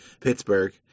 Pittsburgh